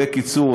בקיצור,